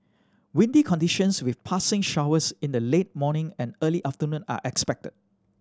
windy conditions with passing showers in the late morning and early afternoon are expected